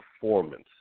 performance